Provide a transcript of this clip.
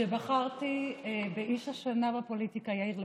שבחרתי באיש השנה בפוליטיקה, יאיר לפיד,